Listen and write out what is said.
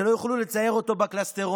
שלא יוכלו לצייר אותו בקלסתרון,